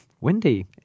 windy